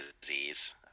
disease